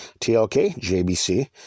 TLKJBC